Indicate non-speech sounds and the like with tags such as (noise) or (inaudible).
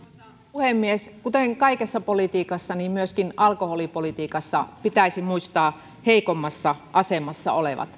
puhemies kuten kaikessa politiikassa myöskin alkoholipolitiikassa pitäisi muistaa heikommassa asemassa olevat (unintelligible)